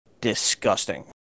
disgusting